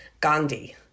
Gandhi